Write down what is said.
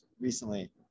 recently